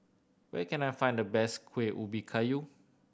where can I find the best Kueh Ubi Kayu